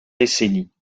décennies